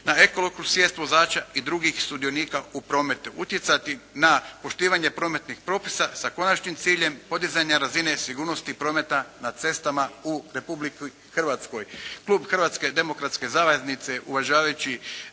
na ekološku svijest vozača i drugih sudionika u prometu, utjecati na poštivanje prometnih propisa sa konačnim ciljem podizanja razine sigurnosti prometa na cestama u Republici Hrvatskoj. Klub Hrvatske demokratske zajednice uvažavajući